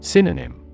Synonym